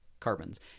Carbons